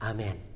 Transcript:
Amen